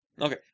Okay